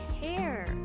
hair